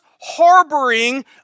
harboring